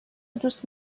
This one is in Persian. دوست